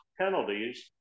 penalties